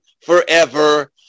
forever